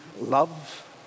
love